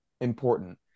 important